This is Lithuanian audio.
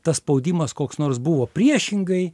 tas spaudimas koks nors buvo priešingai